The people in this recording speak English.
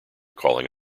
calling